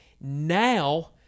Now